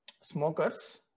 smokers